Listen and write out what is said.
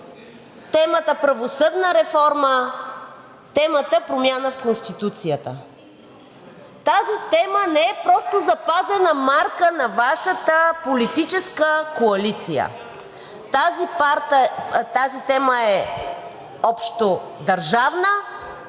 темата „Правосъдна реформа“, темата „Промяна в Конституцията“. Тази тема не е просто запазена марка на Вашата политическа коалиция. Тази тема е общодържавна